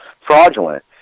fraudulent